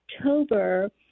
October